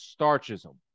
starchism